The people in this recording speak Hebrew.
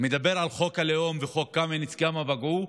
מדבר על חוק הלאום וחוק קמיניץ כמה פגעו,